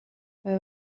vai